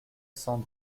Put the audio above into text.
cent